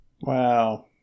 Wow